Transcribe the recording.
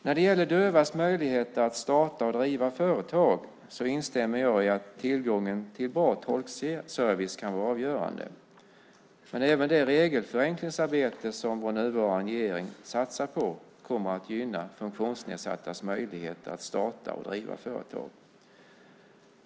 När det gäller dövas möjligheter att starta och driva företag instämmer jag i att tillgången till bra tolkservice kan vara avgörande. Även det regelförenklingsarbete som vår nuvarande regering satsar på kommer att gynna funktionsnedsattas möjlighet att starta och driva företag.